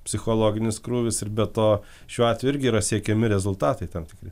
psichologinis krūvis ir be to šiuo atveju yra siekiami rezultatai tam tikri